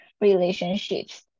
relationships